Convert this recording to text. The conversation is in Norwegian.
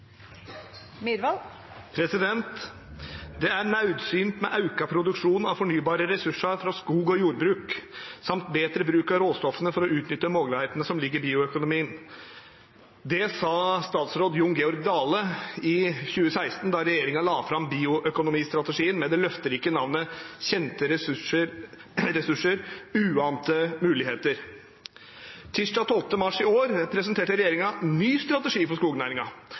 fornybare ressursar frå skog og jordbruk, samt betre bruk av råstoffa for å utnytte mogelegheitene som ligg i bioøkonomien.» Det sa statsråd Jon Georg Dale i 2016 da regjeringen la fram bioøkonomistrategien med det løfterike navnet «Kjente ressurser – uante muligheter». Tirsdag 12. mars i år presenterte regjeringen en ny strategi for